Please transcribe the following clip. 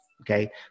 okay